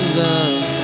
love